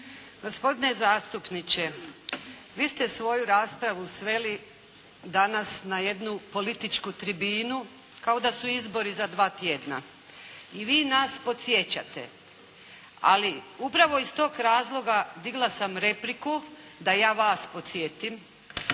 Gospodine zastupniče, vi ste svoju raspravu sveli danas na jednu političku tribinu kao da su izbori za dva tjedna. I vi nas podsjećate, ali upravo iz tog razloga digla sam repliku da ja vas podsjetim